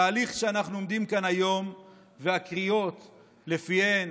התהליך שאנחנו עומדים להתחיל כאן היום והקריאות שלפיהן